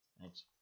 Thanks